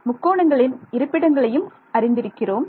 முக்கோணங்களின் இருப்பிடங்களையும் அறிந்திருக்கிறோம்